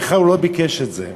בכלל הוא לא ביקש את זה,